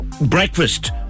breakfast